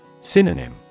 Synonym